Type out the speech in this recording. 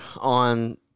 on